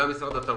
גם למשרד התרבות,